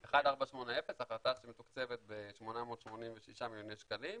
1480, החלטה שמתוקצבת ב-886 מיליוני שקלים,